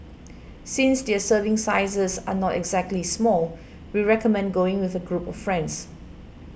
since their serving sizes are not exactly small we recommend going with a group of friends